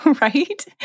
Right